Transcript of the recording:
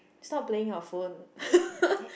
stop playing your phone